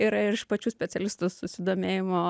yra ir iš pačių specialistų susidomėjimo